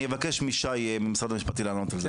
אני אבקש משי ממשרד המשפטים לענות על זה.